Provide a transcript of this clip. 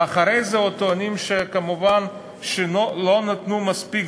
ואחרי זה עוד טוענים שכמובן לא נתנו מספיק